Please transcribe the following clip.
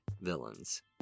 villains